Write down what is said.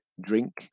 drink